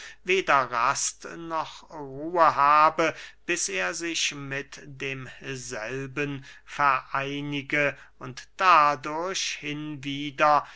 weder rast noch ruhe habe bis er sich mit demselben vereinige und dadurch hinwieder